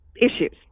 issues